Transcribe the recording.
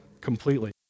completely